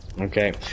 Okay